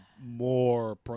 more